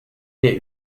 est